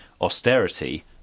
austerity